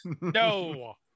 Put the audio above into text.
No